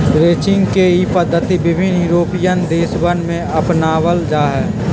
ranching के ई पद्धति विभिन्न यूरोपीयन देशवन में अपनावल जाहई